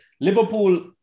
Liverpool